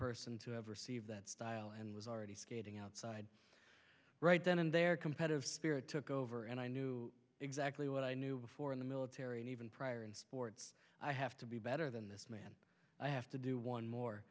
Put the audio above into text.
person to have received that style and was already skating outside right then and there competitive spirit took over and i knew exactly what i knew before in the military and even prior in sports i have to be better than this man i have to do one more